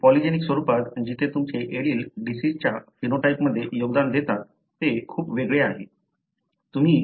परंतु पॉलीजेनिक स्वरुपात जिथे तुमचे एलील डिसिजच्या फिनोटाइपमध्ये योगदान देतात ते खूप वेगळे आहे